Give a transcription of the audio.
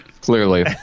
Clearly